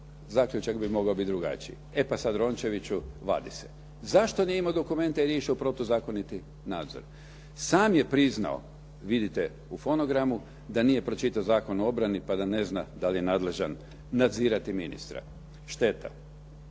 zaključak bi mogao biti drugačiji, e pa sad Rončeviću vadi se. Zašto nije imao dokumente? Jer je išao u protuzakoniti nadzor. Sam je priznao, vidite u fonogramu, da nije pročitao Zakon o obrani pa da ne zna da li je nadležan nadzirati ministra. Šteta.